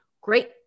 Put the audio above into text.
great